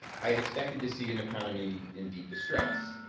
i had expected to see an economy in deep distress.